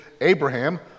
Abraham